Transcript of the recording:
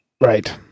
right